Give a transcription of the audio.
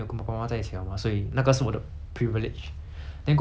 then 过后 sec two 我就开始 like 去教堂 liao like you know 教堂